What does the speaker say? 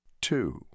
Two